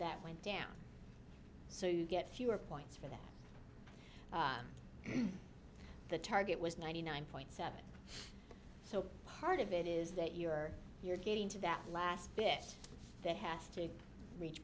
that went down so you get fewer points for the target was ninety nine point seven so part of it is that you're you're getting to that last bit that has to reach